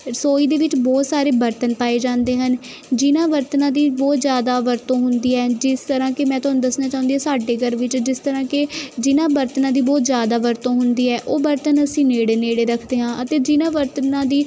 ਰਸੋਈ ਦੇ ਵਿੱਚ ਬਹੁਤ ਸਾਰੇ ਬਰਤਨ ਪਾਏ ਜਾਂਦੇ ਹਨ ਜਿਹਨਾਂ ਬਰਤਨਾਂ ਦੀ ਬਹੁਤ ਜ਼ਿਆਦਾ ਵਰਤੋਂ ਹੁੰਦੀ ਹੈ ਜਿਸ ਤਰ੍ਹਾਂ ਕਿ ਮੈਂ ਤੁਹਾਨੂੰ ਦੱਸਣਾ ਚਾਹੁੰਦੀ ਸਾਡੇ ਘਰ ਵਿੱਚ ਜਿਸ ਤਰ੍ਹਾਂ ਕਿ ਜਿਹਨਾਂ ਬਰਤਨਾਂ ਦੀ ਬਹੁਤ ਜ਼ਿਆਦਾ ਵਰਤੋਂ ਹੁੰਦੀ ਹੈ ਉਹ ਬਰਤਨ ਅਸੀਂ ਨੇੜੇ ਨੇੜੇ ਰੱਖਦੇ ਹਾਂ ਅਤੇ ਜਿਹਨਾਂ ਬਰਤਨਾਂ ਦੀ